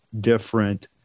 different